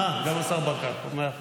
אה, גם השר ברקת, מאה אחוז.